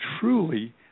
truly